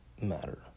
matter